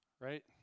right